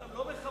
הם לא מכבדים.